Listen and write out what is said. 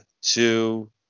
two